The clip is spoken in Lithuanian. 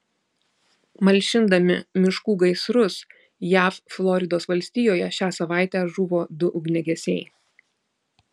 malšindami miškų gaisrus jav floridos valstijoje šią savaitę žuvo du ugniagesiai